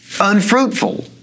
unfruitful